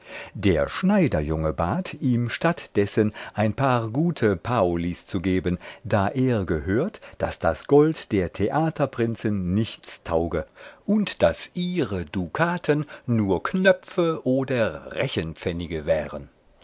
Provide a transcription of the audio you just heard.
der schneiderjunge bat ihm statt dessen ein paar gute paolis zu geben da er gehört daß das gold der theaterprinzen nichts tauge und daß ihre dukaten nur knöpfe oder rechenpfennige wären